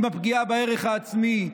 עם הפגיעה בערך העצמי,